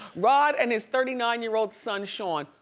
rob and his thirty nine year old son, sean,